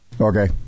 Okay